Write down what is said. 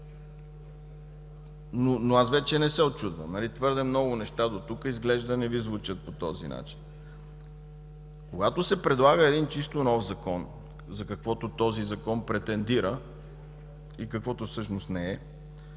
аз вече не се учудвам. Твърде много неща дотук изглежда не Ви звучат по този начин. Когато се предлага един чисто нов закон, за каквото този Закон претендира и каквото всъщност не е,